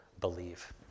believe